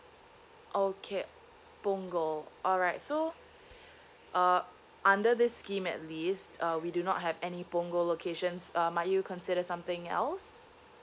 okay punggol alright so uh under this scheme at least uh we do not have any punggol locations uh might you consider something else